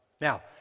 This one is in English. Now